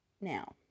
Now